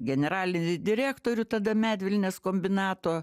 generalinį direktorių tada medvilnės kombinato